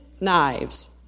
knives